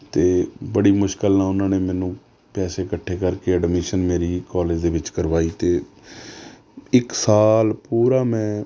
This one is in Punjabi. ਅਤੇ ਬੜੀ ਮੁਸ਼ਕਿਲ ਨਾਲ ਉਨ੍ਹਾਂ ਨੇ ਮੈਨੂੰ ਪੈਸੇ ਇਕੱਠੇ ਕਰਕੇ ਐਡਮੀਸ਼ਨ ਮੇਰੀ ਕੋਲੇਜ ਦੇ ਵਿੱਚ ਕਰਵਾਈ ਅਤੇ ਇੱਕ ਸਾਲ ਪੂਰਾ ਮੈਂ